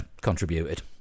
contributed